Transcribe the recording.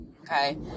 okay